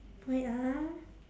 wait ah